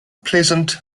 pleasant